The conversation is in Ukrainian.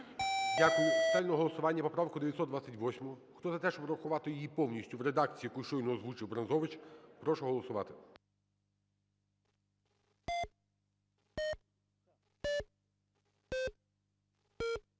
Дякую. Ставлю на голосування поправку 928. Хто за те, щоб врахувати її повністю в редакції, яку щойно озвучив Брензович, прошу голосувати.